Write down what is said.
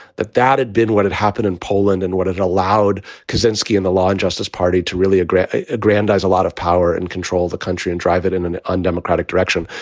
that that had been what had happened in poland and what has allowed kazinski in the law and justice party to really aggrandize aggrandize a lot of power and control the country and drive it in an undemocratic direction.